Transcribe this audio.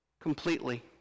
completely